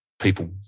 people